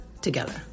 together